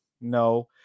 No